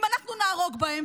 אם אנחנו נהרוג בהם,